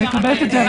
אני מקבלת את זה,